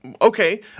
Okay